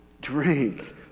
drink